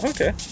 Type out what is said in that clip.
Okay